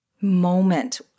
moment